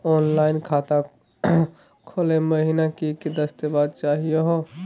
Online खाता खोलै महिना की की दस्तावेज चाहीयो हो?